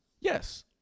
Yes